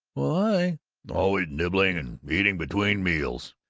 well, i always nibbling and eating between meals.